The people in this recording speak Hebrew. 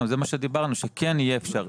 על זה דיברנו שכן יהיה אפשר.